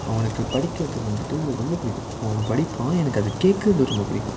அவனுக்கு படிக்கிறதுக்கு வந்துட்டு ரொம்ப பிடிக்கும் அவன் படிப்பான் எனக்கு அது கேட்கறது ரொம்ப பிடிக்கும்